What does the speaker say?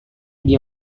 dia